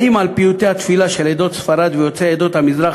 האם על פיוטי התפילה של עדות ספרד ויוצאי עדות המזרח,